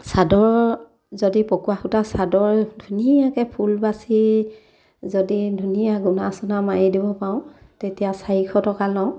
চাদৰ যদি পকোৱা সূতা চাদৰ ধুনীয়াকৈ ফুল বাচি যদি ধুনীয়া গুণা চোনা মাৰি দিব পাৰোঁ তেতিয়া চাৰিশ টকা লওঁ